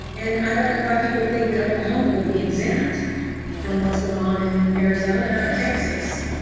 and i don't know why people think that oklahoma would be exempt from what's going on in arizona or texas